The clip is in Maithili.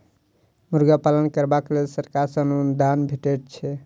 मुर्गा पालन करबाक लेल सरकार सॅ अनुदान भेटैत छै